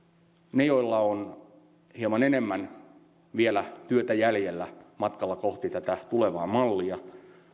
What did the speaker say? niissä joilla on hieman enemmän vielä työtä jäljellä matkalla kohti tätä tulevaa mallia